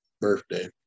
birthday